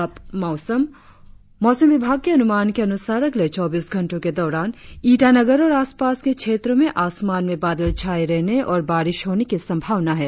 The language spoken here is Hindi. और अब मौसम मौसम विभाग के अनुमान के अनुसार अगले चौबीस घंटो के दौरान ईटानगर और आसपास के क्षेत्रो में आसमान में बादल छाये रहने और बारिश होने की संभावना है